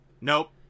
Nope